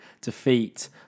defeat